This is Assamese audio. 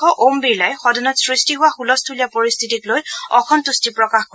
লোকসভাৰ অধ্যক্ষ ওম বিৰলাই সদনত সৃষ্টি হোৱা হুলস্থূলীয়া পৰিস্থিতিক লৈ অসন্তুষ্টি প্ৰকাশ কৰে